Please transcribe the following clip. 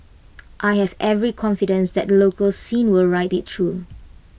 I have every confidence that the local scene will ride IT through